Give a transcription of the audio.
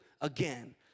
again